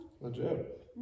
Legit